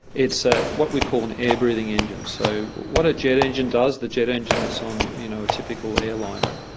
it's ah what we call an air breathing engine. so what a jet engine does, the jet engine that's on you know a typical airliner,